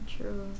true